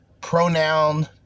pronoun